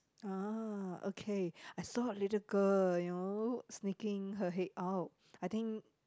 uh okay I saw a little girl you know sneaking her head out I think